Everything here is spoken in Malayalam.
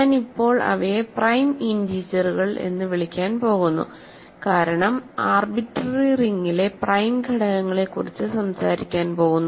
ഞാൻ ഇപ്പോൾ അവയെ പ്രൈം ഇൻറിജറുകൾ എന്ന് വിളിക്കാൻ പോകുന്നു കാരണം ആർബിട്രറി റിങ്ങിലെ പ്രൈം ഘടകങ്ങളെക്കുറിച്ച് സംസാരിക്കാൻ പോകുന്നു